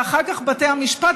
ואחר כך בתי המשפט,